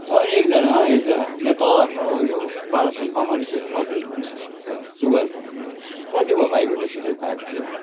छ एकजना हो एकजना यहाँ तल छ हौ यो बालासन कमानतिर छ कि अँ सुगरको कति भयो भाइको चाहिँ यस्तो भएको सुगर